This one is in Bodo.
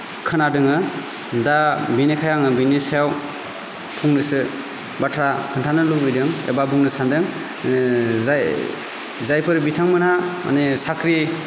खोनादोङो दा बिनिखाय आङो बिनि सायाव फंनैसो बाथ्रा खोन्थानो लुबैदों एबा बुंनो सानदों जाय जायफोर बिथांमोनहा माने साख्रि